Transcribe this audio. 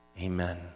Amen